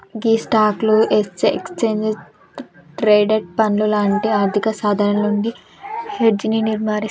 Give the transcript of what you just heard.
గీ స్టాక్లు, exchange traded పండ్లు లాంటి ఆర్థిక సాధనాలు నుండి హెడ్జ్ ని నిర్మిస్తారు